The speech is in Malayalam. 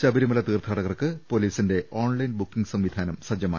ശബരിമല തീർത്ഥാടകർക്ക് പൊലീസിന്റെ ഓൺലൈൻ ബുക്കിംഗ് സംവിധാനം സജ്ജമായി